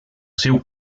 seu